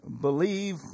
believe